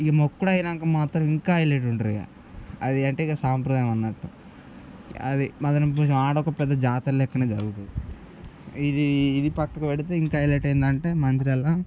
ఈ మొక్కడం అయ్యాక మాత్రం ఇంకా హైలెట్గుంటరు ఇక అది అంటే ఇక సాంప్రదాయం అన్నట్టు అది మదన పొచ్చమ్మ అక్కడ ఒక పెద్ద జాతర లెక్కనే జరుగుతుంది ఇది ఇది పక్కకి పెడితే ఇంక హైలెట్ ఏంటంటే మంచిర్యాలలో